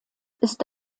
ist